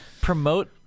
promote